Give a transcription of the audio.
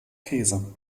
käse